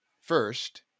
first